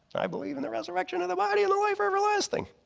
i believe in the resurrection of the body and the life everlasting.